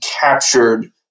captured